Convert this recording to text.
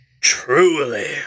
Truly